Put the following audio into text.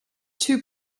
too